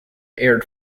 aired